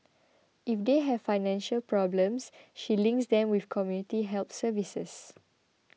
if they have financial problems she links them with community help services